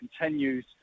continues